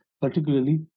particularly